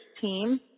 team